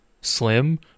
slim